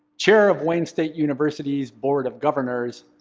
chair of wayne state university's board of governors,